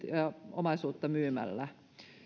omaisuutta myymällä